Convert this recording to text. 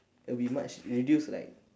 it will be much reduced like